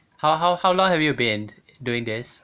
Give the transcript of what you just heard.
how how how long have you been doing this